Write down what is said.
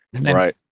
Right